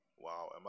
Wow